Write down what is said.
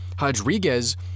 Rodriguez